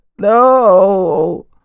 no